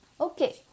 Okay